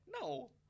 No